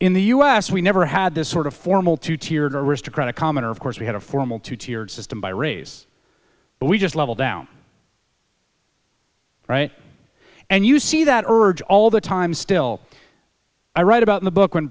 in the u s we never had this sort of formal two tiered aristocratic commoner of course we had a formal two tiered system by race but we just level down right and you see that urge all the time still i write about in the book when